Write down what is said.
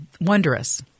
wondrous